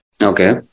okay